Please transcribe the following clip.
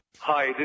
Hi